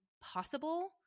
possible